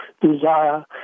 desire